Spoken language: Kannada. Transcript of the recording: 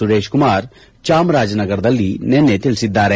ಸುರೇಶ್ ಕುಮಾರ್ ಚಾಮರಾಜನಗರದಲ್ಲಿ ನಿನ್ನೆ ತಿಳಿಸಿದ್ದಾರೆ